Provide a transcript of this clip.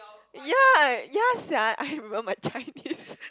ya ya sia I remember my Chinese